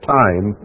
time